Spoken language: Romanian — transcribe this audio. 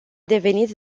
devenit